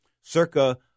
circa